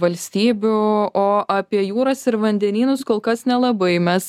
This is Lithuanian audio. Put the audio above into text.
valstybių o apie jūras ir vandenynus kol kas nelabai mes